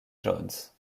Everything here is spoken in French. jones